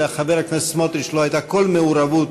ולחבר הכנסת סמוטריץ לא הייתה כל מעורבות